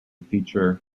feature